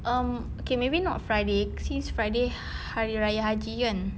um okay maybe not friday since friday hari raya haji kan